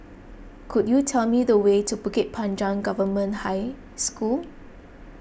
could you tell me the way to Bukit Panjang Government High School